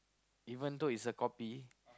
even though it's a copy